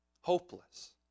Hopeless